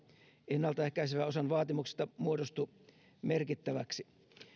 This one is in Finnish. ennalta ehkäisevän osan vaatimuksista muodostu merkittäväksi